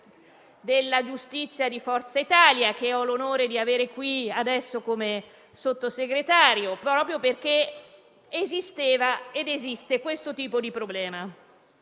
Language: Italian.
della giustizia di Forza Italia, che ho l'onore di avere qui adesso come Sottosegretario, proprio perché esisteva ed esiste questo tipo di problema.